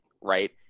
right